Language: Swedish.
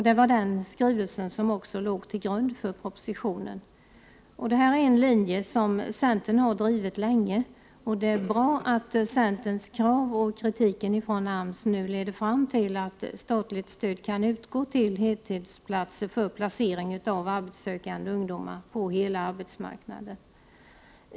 Det var den skrivelsen som också låg till grund för propositionen. Det här är en linje som centern har drivit länge, och det är bra att centerns krav och kritiken från AMS nu leder fram till att statligt stöd kan utgå till heltidsplatser för placering av arbetssökande ungdomar på hela arbetsmarknaden.